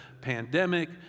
pandemic